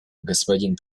господин